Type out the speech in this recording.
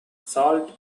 salt